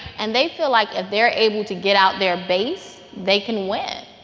and they feel like if they're able to get out their base, they can win.